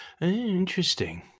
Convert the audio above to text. Interesting